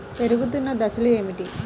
పెరుగుతున్న దశలు ఏమిటి?